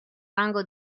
rango